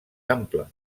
ample